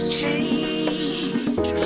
change